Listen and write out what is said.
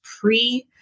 pre